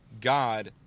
God